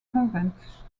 convent